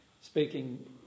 speaking